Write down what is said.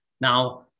Now